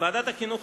ועדת החינוך,